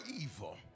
evil